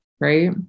Right